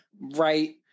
right